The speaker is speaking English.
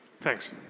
Thanks